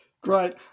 Great